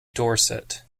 dorset